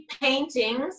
paintings